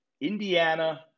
Indiana